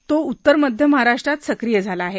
तो उत्तर मध्य महाराष्ट्रात सक्रिय झाला आहे